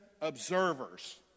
observers